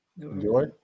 Enjoy